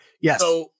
Yes